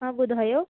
हा ॿुधायो